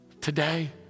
Today